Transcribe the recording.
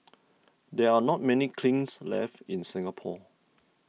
there are not many kilns left in Singapore